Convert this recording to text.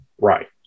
Right